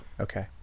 Okay